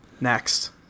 Next